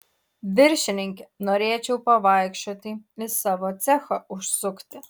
viršininke norėčiau pavaikščioti į savo cechą užsukti